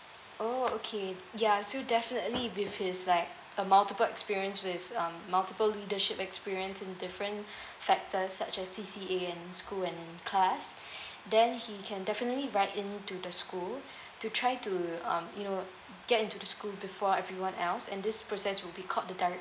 oh okay ya so definitely with his like uh multiple experience with um multiple leadership experience in different factors such as C_C_A and in school and in class then he can definitely write in to the school to try to um you know get into the school before everyone else and this process will be called the direct